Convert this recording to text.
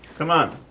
c'mon.